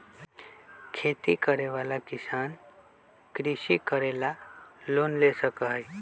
खेती करे वाला किसान कृषि करे ला लोन ले सका हई